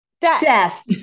Death